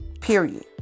Period